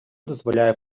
дозволяє